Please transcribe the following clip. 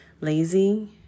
lazy